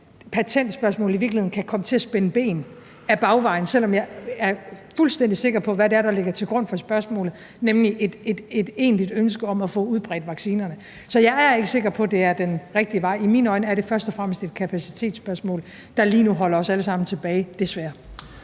patentspørgsmålet i virkeligheden ad bagvejen kan komme til at spænde ben for det, selv om jeg er fuldstændig sikker på, hvad der ligger til grund for spørgsmålet, nemlig et ønske om at få udbredt vaccinerne. Så jeg er ikke sikker på, at det er den rigtige måde. I mine øjne er det først og fremmest et kapacitetsspørgsmål, der lige nu holder os alle sammen tilbage, desværre.